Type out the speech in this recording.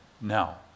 Now